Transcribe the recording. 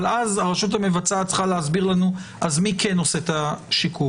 אז הרשות המבצעת צריכה להסביר לנו מי כן עושה את השיקום.